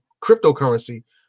cryptocurrency